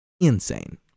Insane